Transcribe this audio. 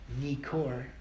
Nikor